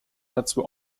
dazu